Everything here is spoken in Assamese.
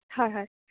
হয় হয়